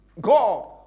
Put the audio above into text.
God